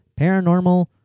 paranormal